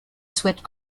souhaitent